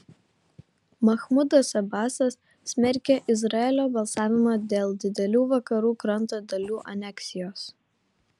machmudas abasas smerkia izraelio balsavimą dėl didelių vakarų kranto dalių aneksijos